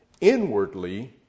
Inwardly